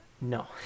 No